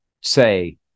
say